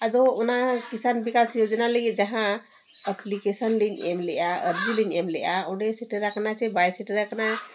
ᱟᱫᱚ ᱚᱱᱟ ᱠᱤᱥᱟᱱ ᱵᱤᱠᱟᱥ ᱳᱡᱚᱱᱟ ᱞᱟᱹᱜᱤᱫ ᱡᱟᱦᱟᱸ ᱞᱤᱧ ᱮᱢ ᱞᱮᱫᱼᱟ ᱟᱨᱡᱤ ᱞᱤᱧ ᱮᱢ ᱞᱮᱫᱼᱟ ᱚᱸᱰᱮ ᱥᱮᱴᱮᱨ ᱟᱠᱟᱱᱟ ᱪᱮ ᱵᱟᱭ ᱥᱮᱴᱮᱨ ᱟᱠᱟᱱᱟ